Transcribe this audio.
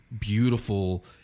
beautiful